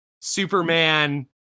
Superman